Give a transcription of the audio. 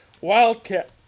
wildcat